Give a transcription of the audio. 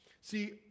See